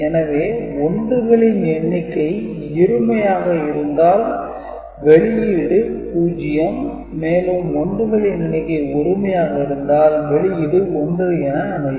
எனவே 1 களின் எண்ணிக்கை இருமையாக இருந்தால் வெளியீடு 0 மேலும் 1 களின் எண்ணிக்கை ஒருமையாக இருந்தால் வெளியீடு 1 என அமையும்